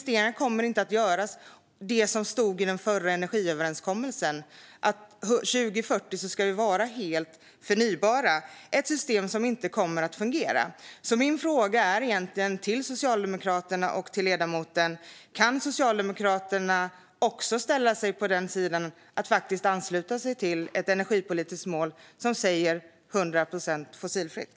De kommer inte att göras med det som stod i den förra energiöverenskommelsen, att vi år 2040 ska vara helt förnybara. Det är ett system om inte kommer att fungera. Min fråga till Socialdemokraterna och ledamoten är egentligen: Kan Socialdemokraterna också ansluta sig till ett energipolitiskt mål som säger 100 procent fossilfritt?